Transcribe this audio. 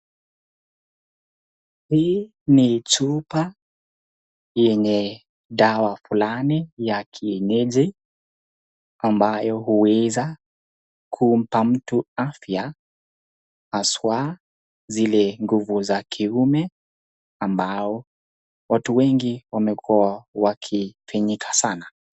Hii ni chupa yenye dawa fulani ya kienyeji ambayo huweza kumpa mtu afya haswa zile nguvu za kiume ambao watu wengi wamekua wakifinyika sana.